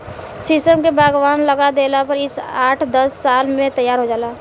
शीशम के बगवान लगा देला पर इ आठ दस साल में तैयार हो जाला